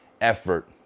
effort